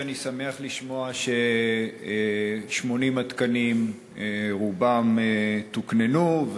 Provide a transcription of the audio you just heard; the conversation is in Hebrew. אני שמח לשמוע ש-80 התקנים רובם תוקננו,